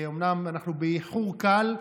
אומנם אנחנו באיחור קל,